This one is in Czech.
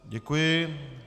Děkuji.